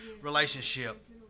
relationship